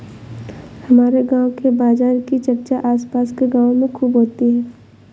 हमारे गांव के बाजार की चर्चा आस पास के गावों में खूब होती हैं